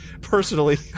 personally